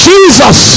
Jesus